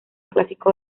clásico